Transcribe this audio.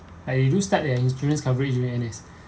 I do start an insurance coverage during N_S